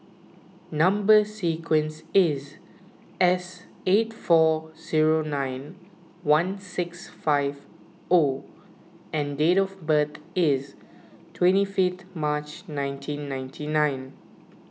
Number Sequence is S eight four zero nine one six five O and date of birth is twenty fifth March nineteen ninety nine